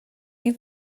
این